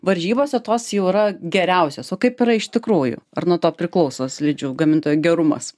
varžybose tos jau yra geriausios o kaip yra iš tikrųjų ar nuo to priklauso slidžių gamintojo gerumas